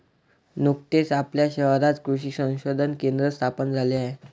नुकतेच आपल्या शहरात कृषी संशोधन केंद्र स्थापन झाले आहे